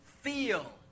feel